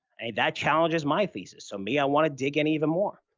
that challenges my thesis. so me, i want to dig in even more,